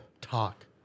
talk